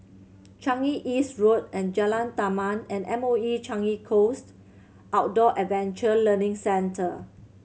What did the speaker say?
Changi East Road and Jalan Taman and M O E Changi Coast Outdoor Adventure Learning Centre